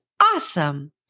awesome